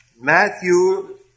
Matthew